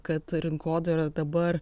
kad rinkodara dabar